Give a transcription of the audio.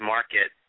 Market